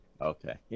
okay